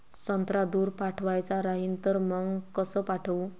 संत्रा दूर पाठवायचा राहिन तर मंग कस पाठवू?